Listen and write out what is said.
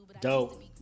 Dope